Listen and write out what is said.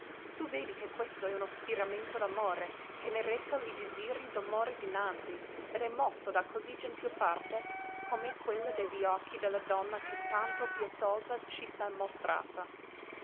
tu vedi che questo è uno spiramento d'amore che ne reca li disiri d'amore dinanzi ed è mosso da così gentil parte com'è quella de li occhi de la donna che tanto pietosa ci s'hae mostrata